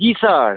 जी sir